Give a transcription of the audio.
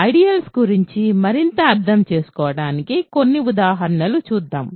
ideals గురించి మరింత అర్థం చేసుకోవడానికి కొన్ని ఉదాహరణలను చూద్దాం